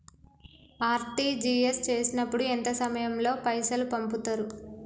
RTGS చేసినప్పుడు ఎంత సమయం లో పైసలు పంపుతరు?